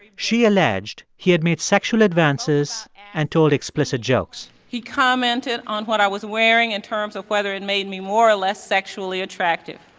she alleged he had made sexual advances and told explicit jokes he commented on what i was wearing in terms of whether it made me more or less sexually attractive.